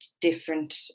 different